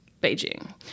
beijing